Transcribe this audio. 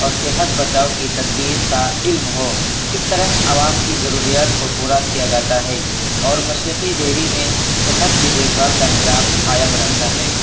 اور صحت بچاؤ کی تدبیر کا علم ہو اس طرح عوام کی ضروریات کو پورا کیا جاتا ہے اور مشرقی دہلی میں صحت کی دیکھ بھال کا نظام قائم رہتا ہے